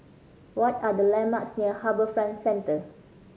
what are the landmarks near HarbourFront Centre